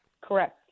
Correct